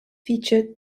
featured